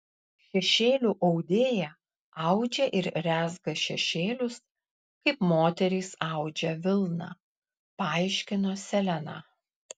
šešėlių audėja audžia ir rezga šešėlius kaip moterys audžia vilną paaiškino seleną